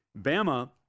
Bama